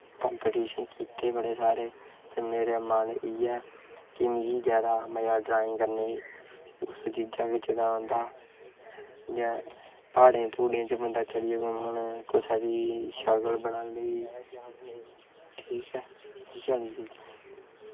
competition कीते बड़े सारे ते मेरा मन इ'यै ऐ कि मिगी जादा मज़ा ड्राइंग करनें च उस चीज़ां च गै आंदा प्हाड़ै प्हूड़ैं बंदा चलिया कुसे दी शकल बनानी ठीक ऐ इ'यै जेही चीज़ां